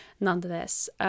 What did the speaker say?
nonetheless